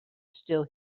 still